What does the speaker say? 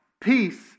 Peace